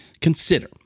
Consider